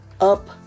up